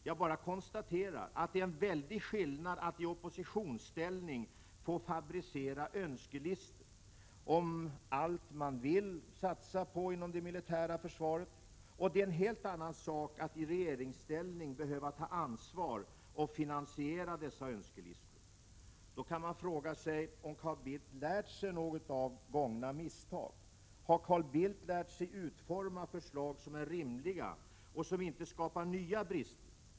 Jag bara konstaterar att det är en sak att i oppositionsställning få fabricera önskelistor om allt man vill satsa på inom det militära försvaret, och en helt annan sak att i regeringsställning behöva ta ansvar och finansiera dessa önskelistor. Då kan man fråga sig om Carl Bildt lärt sig något av gångna misstag. Har Carl Bildt lärt sig utforma förslag som är rimliga och som inte skapar nya brister?